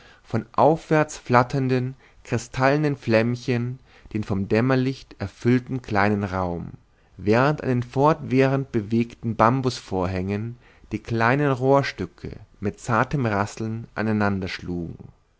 von aufwärts flatternden kristallenen flämmchen den vom dämmerlicht erfüllten kleinen raum während an den fortwährend bewegten bambus vorhängen die kleinen rohrstücke mit zartem rasseln aneinander schlugen